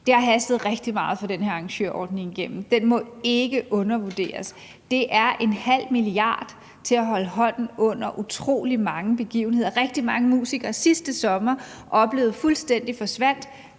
Det har hastet rigtig meget at få den her arrangørordning igennem. Den må ikke undervurderes. Det er ½ mia. kr. til at holde hånden under utrolig mange begivenheder. Rigtig mange musikere oplevede sidste sommer, at